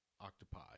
octopi